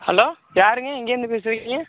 hello யாருங்க எங்கேருந்து பேசுகிட்ருறீங்க